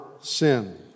sin